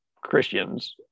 Christians